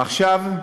עכשיו,